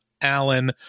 Allen